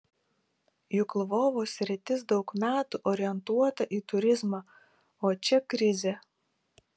juk lvovo sritis daug metų orientuota į turizmą o čia krizė